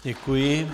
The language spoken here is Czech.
Děkuji.